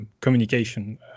communication